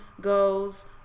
goes